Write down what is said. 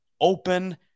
open